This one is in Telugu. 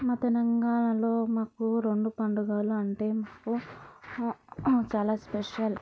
మా తెలంగాణలో మాకు రెండు పండుగలు అంటే మాకు చాలా స్పెషల్